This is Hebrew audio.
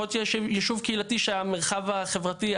יכול להיות שיש יישוב קהילתי שהמרחב החברתי,